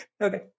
Okay